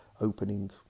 opening